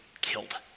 killed